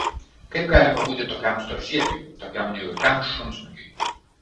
kaip galima būti tokiam storžieviui tokiam nejautriam šunsnukiui